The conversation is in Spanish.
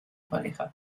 pareja